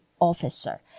Officer